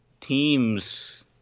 teams